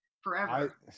forever